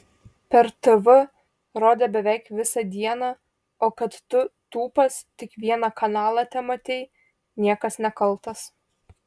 per tv rodė beveik visą dieną o kad tu tūpas tik vieną kanalą tematei niekas nekaltas